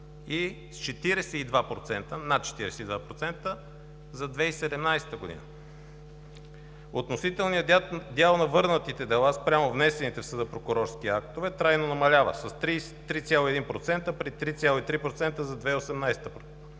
и с над 42% за 2017 г. Относителният дял на върнатите дела спрямо внесените в съда прокурорски актове трайно намалява с 3,1% при 3,3% за 2018 г.